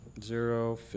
Zero